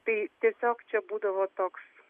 tai tiesiog čia būdavo toks